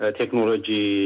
technology